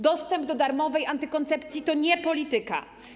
Dostęp do darmowej antykoncepcji to nie polityka.